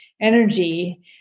energy